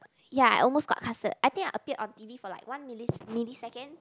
ya I almost got casted I think I appeared on t_v for like one mili milisecond